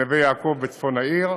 לנווה יעקב בצפון העיר,